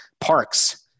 parks